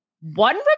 one